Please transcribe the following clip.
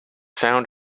found